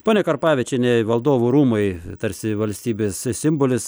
ponia karpavičiene valdovų rūmai tarsi valstybės simbolis